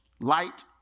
light